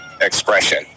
expression